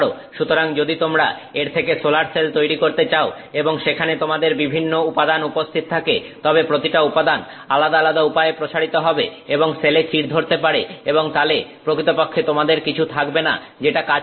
সুতরাং যদি তোমরা এর থেকে সোলার সেল তৈরি করতে চাও এবং সেখানে তোমাদের বিভিন্ন প্রকার উপাদান উপস্থিত থাকে তবে প্রতিটা উপাদান আলাদা আলাদা উপায়ে প্রসারিত হবে এবং সেলে চিড় ধরতে পারে এবং তালে প্রকৃতপক্ষে তোমাদের কিছু থাকবে না যেটা কাজ করছে